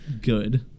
Good